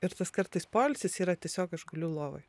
ir tas kartais poilsis yra tiesiog aš guliu lovoj